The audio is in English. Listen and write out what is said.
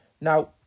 now